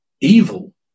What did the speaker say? evil